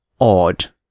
odd